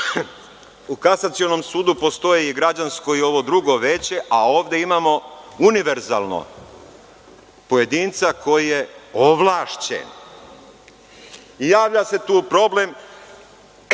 U Kasacionom sudu postoje i građansko i ovo drugo veće, a ovde imamo univerzalnog pojedinca koji je ovlašćen. Javlja se tu problem